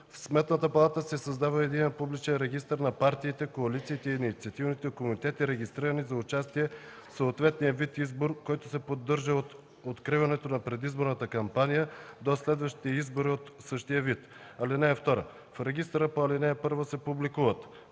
В Сметната палата се създава единен публичен регистър на партиите, коалициите и инициативните комитети, регистрирани за участие в съответния вид избор, който се поддържа от откриването на предизборната кампания до следващите избори от същия вид. (2) В регистъра по ал. 1 се публикуват: